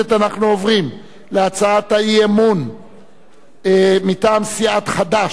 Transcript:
אנחנו עוברים להצעת האי-אמון מטעם סיעת חד"ש,